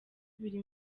biri